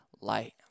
light